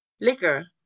liquor